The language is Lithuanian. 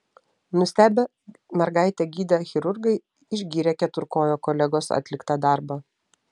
nustebę mergaitę gydę chirurgai išgyrė keturkojo kolegos atliktą darbą